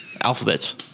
alphabets